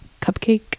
cupcake